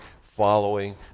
following